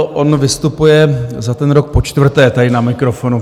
On vystupuje za ten rok počtvrté tady na mikrofonu.